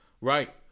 right